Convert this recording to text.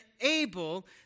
able